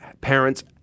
parents